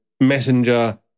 Messenger